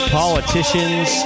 politicians